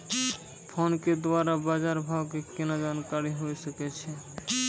Phone के द्वारा बाज़ार भाव के केना जानकारी होय सकै छौ?